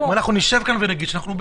נשב כאן ונגיד שאנחנו בעד.